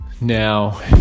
Now